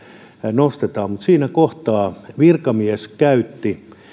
nostetaan mutta siinä kohtaa virkamies käytti